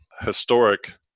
historic